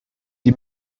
die